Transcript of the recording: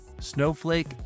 Snowflake